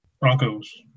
Broncos